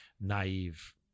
naive